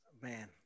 Man